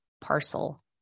parcel